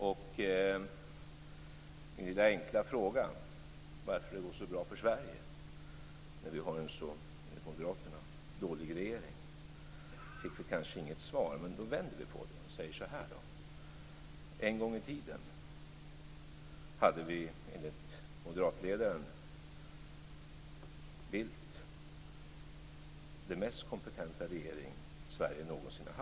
Min lilla enkla fråga varför det går så bra för Sverige när vi har en så, enligt Moderaterna, dålig regering fick vi kanske inget svar på. Vi vänder på det och säger så här: En gång i tiden hade vi, enligt moderatledaren Bildt, den mest kompetenta regering Sverige någonsin haft.